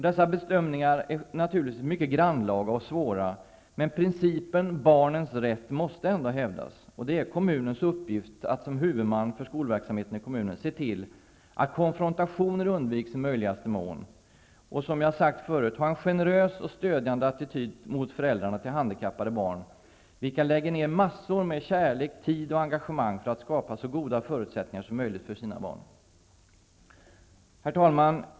Dessa bedömningar är naturligtvis mycket grannlaga och svåra, men principen om barnens rätt måste ändå hävdas, och det är kommunens uppgift att som huvudman för skolverksamheten i kommunen se till att konfrontationer i möjligaste mån undviks och -- som jag har sagt tidigare -- ha en generös och stödjande attityd mot föräldrarna till handikappade barn, vilka lägger ned massor med kärlek, tid och engagemang för att skapa så goda förutsättningar som möjligt för sina barn. Herr talman!